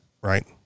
Right